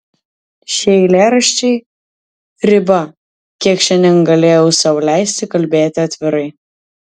šie eilėraščiai riba kiek šiandien galėjau sau leisti kalbėti atvirai